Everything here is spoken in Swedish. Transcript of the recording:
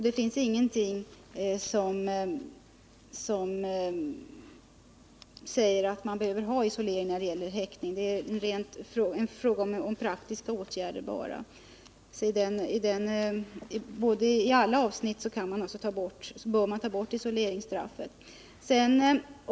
Det finns ingenting som säger att man behöver ha isolering vid häktning. Detta är enbart en fråga om praktiska åtgärder. Man kan alltså överallt ta bort isoleringsstraffet.